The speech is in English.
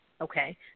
okay